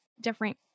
different